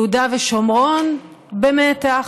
יהודה ושומרון במתח,